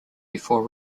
before